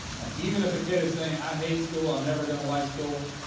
and even if a kid is saying, i hate school. i'm never gonna like school,